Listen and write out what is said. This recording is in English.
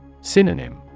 Synonym